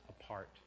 apart